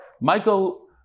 Michael